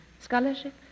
scholarship